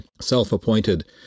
self-appointed